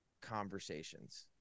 conversations